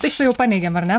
tai šitą jau paneigėm ar ne